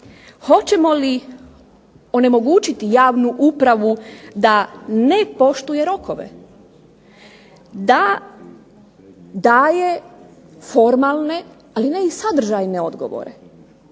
Hoćemo li onemogućiti javnu upravu da ne poštuje rokove, da daje formalne ali ne i sadržajne odgovore.